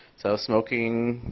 so smoking,